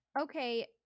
Okay